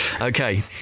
Okay